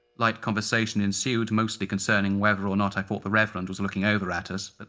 light conversation ensued, mostly concerning whether or not i thought the reverend was looking over at us. but